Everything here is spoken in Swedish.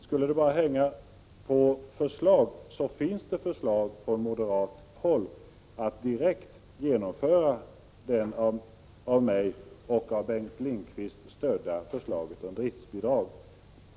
Skulle det bara hänga på förslag finns det sådana från moderat håll när det gäller genomförande av det av mig och Bengt Lindqvist understödda förslaget om driftbidrag.